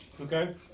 Okay